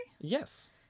Yes